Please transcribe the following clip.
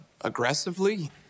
aggressively